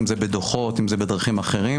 אם זה בדו"חות ואם זה בדרכים אחרות.